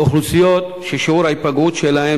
אלה אוכלוסיות ששיעור ההיפגעות שלהן